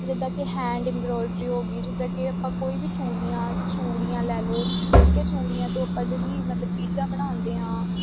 ਜਿਦਾਂ ਕਿ hand embroidery ਹੋ ਗਈ ਜਿੱਦਾਂ ਕਿ ਆਪਾਂ ਕੋਈ ਵੀ ਚੂੜੀਆਂ ਚੂੜੀਆਂ ਲੈ ਲਓ ਠੀਕ ਹ ਚੂੜੀਆਂ ਤੋਂ ਆਪਾਂ ਜਿਹੜੀ ਮਤਲਬ ਚੀਜ਼ਾਂ ਬਣਾਉਂਦੇ ਆ